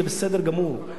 זה בסדר גמור.